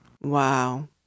Wow